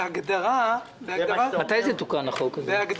בהגדרה, כך יהיה.